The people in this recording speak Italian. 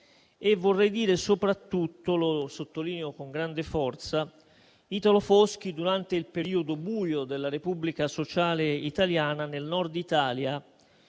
E vorrei dire soprattutto - lo sottolineo con grande forza - che Italo Foschi, durante il periodo buio della Repubblica sociale italiana nel Nord Italia,